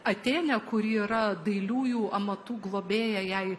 atėnė kuri yra dailiųjų amatų globėja jai